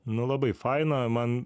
nu labai faina man